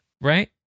right